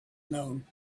known